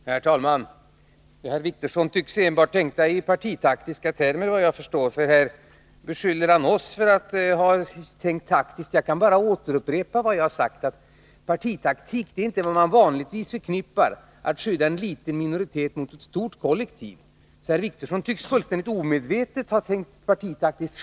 Herr talman! Herr Wictorsson tycks enbart tänka i partitaktiska termer, såvitt jag förstår, eftersom han beskyller oss för att ha tänkt taktiskt. Jag kan bara upprepa vad jag har sagt: Partitaktik förknippar man inte vanligtvis med att skydda en liten minoritet mot ett stort kollektiv. Herr Wictorsson tycks fullständigt omedvetet ha tänkt partitaktiskt.